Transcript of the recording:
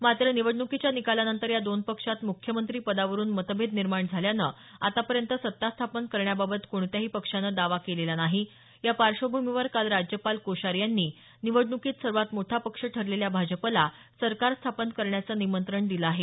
मात्र निवडणुकीच्या निकालानंतर या दोन पक्षात मुख्यमंत्री पदावरून मतभेद निर्माण झाल्यानं आतापर्यंत सत्ता स्थापन करण्याबाबत कोणत्याही पक्षानं दावा केलेला नाही या पार्श्वभूमीवर काल राज्यपाल कोश्यारी यांनी निवडणुकीत सर्वात मोठा पक्ष ठरलेल्या भाजपला सरकार स्थापन करण्याचं निमंत्रण दिलं आहे